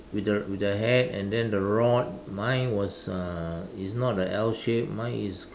with the with the hand and then the rod mine was uh it's not a L shape mine is